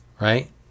right